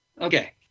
Okay